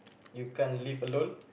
you can't live alone